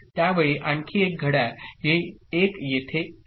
त्यावेळी आणखी एक घड्याळ ही 1 येथे येते